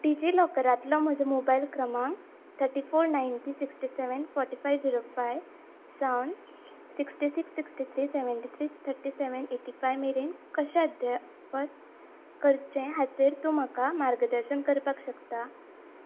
डिजी लॉकरांतलो म्हजो मोबायल क्रमांक थटी four ninety sixty seven forty five zero five सावन sixty six sixty three seventy three थटी सेव्हन एटी फायव मेरेन कशें अध्यापत करचें हाचेर तूं म्हाका मार्गदर्शन करपाक शकता